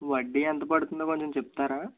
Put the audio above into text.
వడ్డీ ఎంత పడుతుందో కొంచెం చెప్తారా